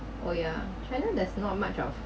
oh yeah china there's not much of